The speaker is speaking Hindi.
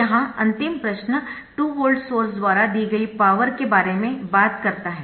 यहां अंतिम प्रश्न 2 वोल्ट सोर्स द्वारा दी गई पावर के बारे में बात करता है